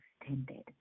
extended